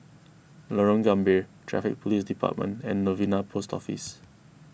Lorong Gambir Traffic Police Department and Novena Post Office